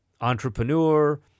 entrepreneur